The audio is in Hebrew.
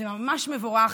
זה ממש מבורך,